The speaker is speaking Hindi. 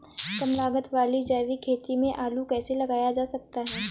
कम लागत वाली जैविक खेती में आलू कैसे लगाया जा सकता है?